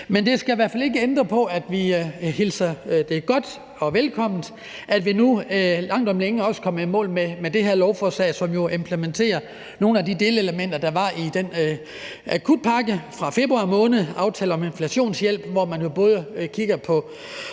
Men det skal i hvert fald ikke ændre på, at vi hilser det velkommen, at vi nu langt om længe også er kommet i mål med det her lovforslag, som jo implementerer nogle af de delelementer, der var i akutpakken fra februar måned, aftalen om inflationshjælp, hvor man jo både kigger på